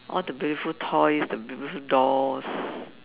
all the beautiful toys the beautiful dolls